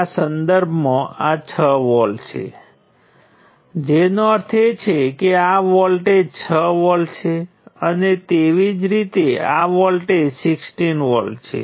આ કિસ્સામાં મેં તેની આજુબાજુ કરવાનું નક્કી કર્યું કારણ કે રેઝિસ્ટર કેસ ખૂબ જ સરળ છે હું એ પણ બતાવવા માંગતો હતો કે વોલ્ટેજ નિયંત્રિત કરંટ સ્ત્રોત કેવી રીતે રેઝિસ્ટરની સમાન છે પરંતુ માત્ર એટલો જ તફાવત છે કે એન્ટ્રીઓ મેટ્રિક્સમાં સમપ્રમાણ રીતે આવે છે